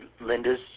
Linda's